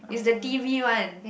is the t_v one